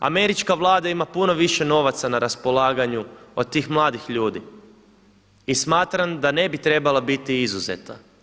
Američka vlada ima puno više novaca na raspolaganju od tih mladih ljudi i smatram da ne bi trebala biti izuzeta.